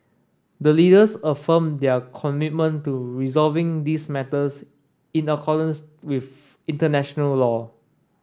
the leaders affirmed their commitment to resolving these matters in accordance with international law